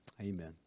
amen